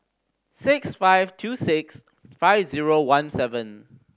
six five two six five zero one seven